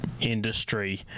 industry